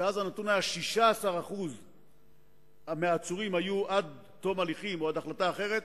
שבה 16% מהעצורים היו עד תום הליכים או עד החלטה אחרת,